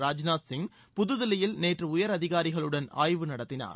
ராஜ்நாத் சிங் புதுதில்லியில் நேற்று உயரதிகாரிகளுடன் ஆய்வு நடத்தினார்